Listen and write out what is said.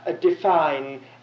define